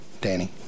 Danny